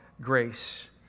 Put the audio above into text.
grace